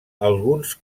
alguns